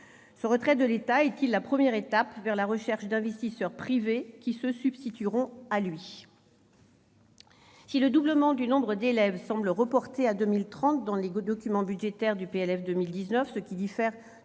Ce retrait de l'État est-il la première étape vers la recherche d'investisseurs privés qui se substitueront à lui ? Si le doublement du nombre d'élèves semble reporté à 2030 dans les documents budgétaires du projet de loi de